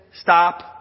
stop